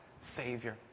Savior